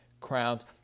crowns